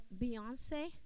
Beyonce